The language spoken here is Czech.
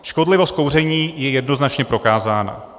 Škodlivost kouření je jednoznačně prokázána.